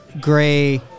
gray